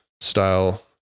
style